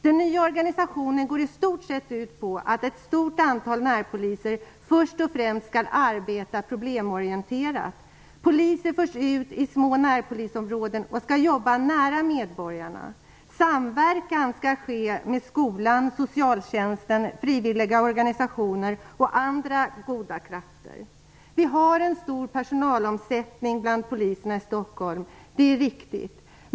Den nya organisationen går i stort sett ut på att ett stort antal närpoliser först och främst skall arbeta problemorienterat. Poliser förs ut i små närpolisområden och skall jobba nära medborgarna. Samverkan skall ske med skolan, socialtjänsten, frivilliga organisationer och andra goda krafter. Vi har en stor personalomsättning bland poliserna i Stockholm - det är riktigt.